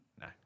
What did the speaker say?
No